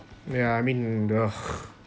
yeah I mean the